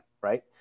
Right